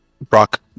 Brock